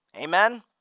Amen